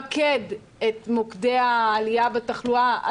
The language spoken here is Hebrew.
למקד את מוקדי העלייה התחלואה,